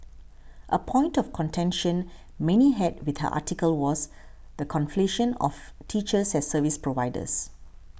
a point of contention many had with her article was the conflation of teachers as service providers